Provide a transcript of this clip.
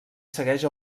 segueix